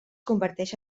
converteix